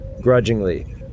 grudgingly